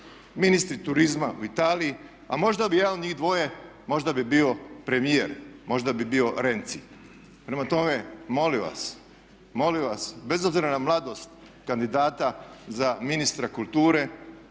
ministri turizma u Italiji, a možda bi jedan od njih dvoje, možda bi bio premijer, možda bi bio Renzi. Prema tome, molim vas bez obzira na mladost kandidata za ministra kulture